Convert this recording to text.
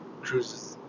cruises